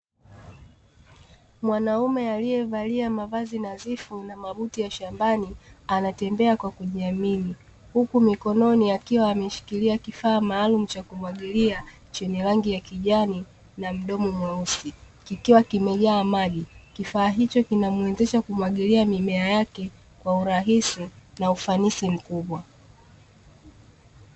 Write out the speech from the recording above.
Mwanaume aliyevalia mavazi nadhifu na mabuti ya shambani anatembea kwa kujiamini. Huku mikononi akiwa ameshikilia kifaa maalumu cha kumwagilia chenye rangi ya kijani, na mdomo mweusi kikiwa kimejaa maji. Kifaa hicho kinamwezesha kumwagilia mimea yake kwa urahisi na ufanisi mkubwa.